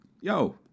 Yo